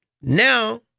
Now